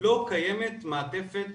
לא קיימת מעטפת